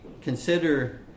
consider